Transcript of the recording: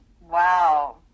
Wow